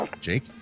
Jake